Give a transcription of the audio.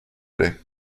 plait